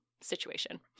situation